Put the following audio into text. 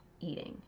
eating